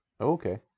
Okay